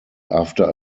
after